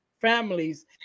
families